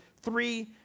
three